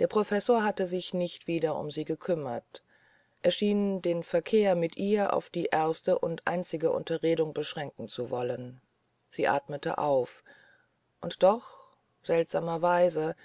der professor hatte sich nicht wieder um sie bekümmert er schien den verkehr mit ihr auf die erste und einzige unterredung beschränken zu wollen sie atmete auf und doch seltsamerweise